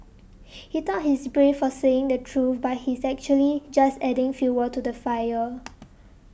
he thought he's brave for saying the truth but he's actually just adding fuel to the fire